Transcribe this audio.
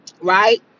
right